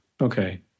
okay